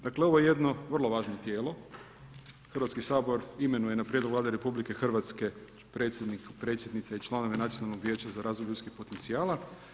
Dakle ovo je vrlo važno tijelo, Hrvatski sabor imenuje na prijedlog Vlade RH predsjednik, predsjednice i članove Nacionalnog vijeća za razvoj ljudskih potencijala.